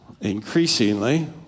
increasingly